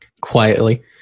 quietly